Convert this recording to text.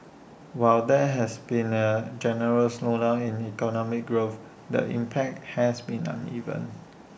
while there has been A general slowdown in economic growth the impact has been uneven